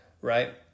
right